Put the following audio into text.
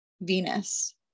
Venus